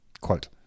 Quote